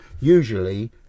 Usually